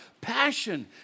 passion